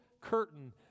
curtain